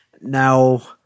Now